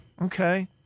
Okay